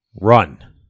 Run